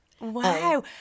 Wow